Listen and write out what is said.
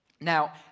Now